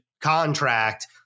contract